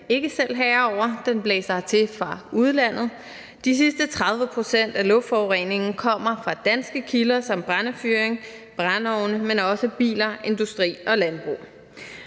ikke selv herrer over, den blæser til fra udlandet. De sidste 30 pct. af luftforureningen kommer fra danske kilder som brændefyring og brændeovne, men også biler, industri og landbrug.